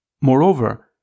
Moreover